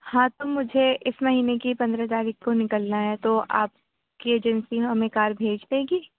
ہاں تو مجھے اس مہینے کی پندرہ تاریخ کو نکلنا ہے تو آپ کی ایجنسی ہمیں کار بھیج دے گی